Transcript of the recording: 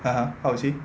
(uh huh) how is he